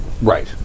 Right